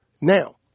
Now